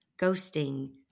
ghosting